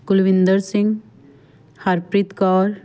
Kulwinder Singh Harpreet Kaur